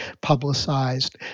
publicized